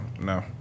no